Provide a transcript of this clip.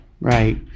Right